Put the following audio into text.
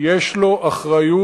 יש לו אחריות,